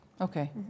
Okay